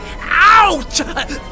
Ouch